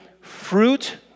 fruit